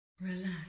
Relax